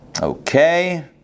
Okay